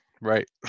Right